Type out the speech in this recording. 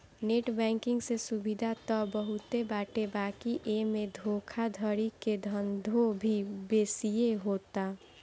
net banking से सुविधा त बहुते बाटे बाकी एमे धोखाधड़ी के धंधो भी बेसिये होता